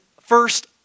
first